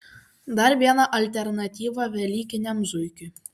dar viena alternatyva velykiniam zuikiui